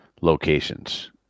locations